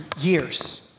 years